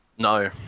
No